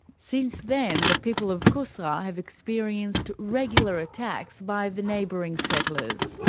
since then, the people of kusra have experienced regular attacks by the neighbouring settlers.